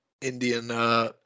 Indian